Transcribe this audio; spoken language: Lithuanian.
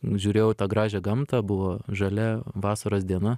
nu žiūrėjau į tą gražią gamtą buvo žalia vasaros diena